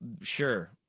sure